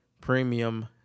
premium